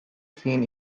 seen